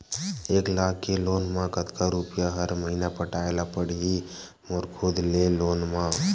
एक लाख के लोन मा कतका रुपिया हर महीना पटाय ला पढ़ही मोर खुद ले लोन मा?